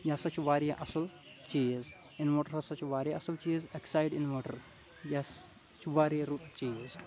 یہِ ہسا چھُ واریاہ اَصُل چیٖز اِنوٲٹَر ہسا چھُ واریاہ اَصٕل چیٖز اٮ۪کسایڈ اِنوٲٹَر یَس چھُ واریاہ رُت چیٖز